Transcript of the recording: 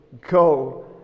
Go